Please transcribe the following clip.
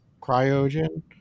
Cryogen